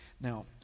Now